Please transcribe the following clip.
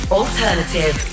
alternative